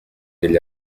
degli